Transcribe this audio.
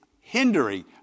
hindering